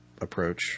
approach